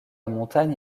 montagne